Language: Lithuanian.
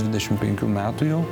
dvidešimt penkių metų jau